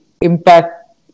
impact